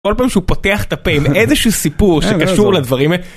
כל פעם שהוא פותח את הפה עם איזה שהוא סיפור שקשור לדברים